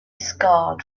scarred